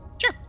Sure